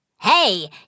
Hey